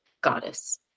goddess